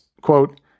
quote